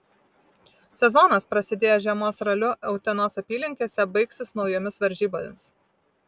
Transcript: sezonas prasidėjęs žiemos raliu utenos apylinkėse baigsis naujomis varžybomis